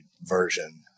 version